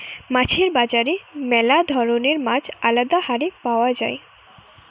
মাছের বাজারে ম্যালা রকমের মাছ আলদা হারে পাওয়া যায়